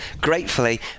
gratefully